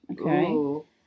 okay